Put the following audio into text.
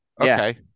Okay